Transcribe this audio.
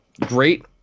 great